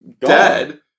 dead